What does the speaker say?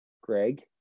greg